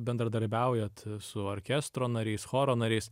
bendradarbiaujat su orkestro nariais choro nariais